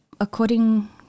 according